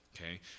okay